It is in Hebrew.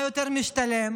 מה יותר משתלם,